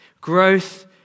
Growth